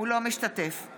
בהצבעה